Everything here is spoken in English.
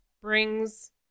brings